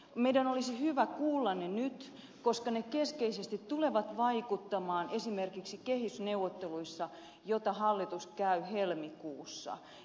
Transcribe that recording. meidän olisi hyvä kuulla ne nyt koska ne tulevat keskeisesti vaikuttamaan esimerkiksi kehysneuvotteluihin joita hallitus käy helmikuussa